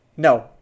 No